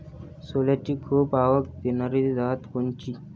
सोल्याची खूप आवक देनारी जात कोनची?